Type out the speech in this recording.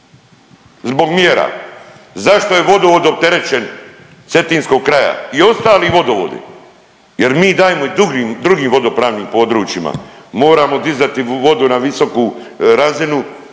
zbog mjera, zašto je vodovod opterećen cetinskog kraja i ostali vodovodi jer mi dajemo i drugim, drugim vodopravnim područjima, moramo dizati vodu na visoku razinu